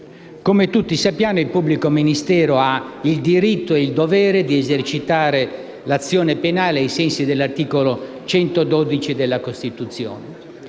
Come tutti sappiamo, il pubblico ministero ha il diritto e il dovere di esercitare l'azione penale ai sensi dell'articolo 112 della Costituzione.